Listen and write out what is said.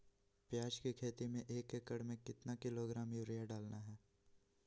प्याज की खेती में एक एकद में कितना किलोग्राम यूरिया डालना है?